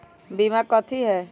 बीमा कथी है?